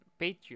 Patreon